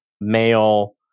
male